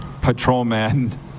Patrolman